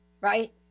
right